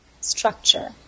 structure